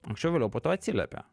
anksčiau ar vėliau po to atsiliepia